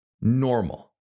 normal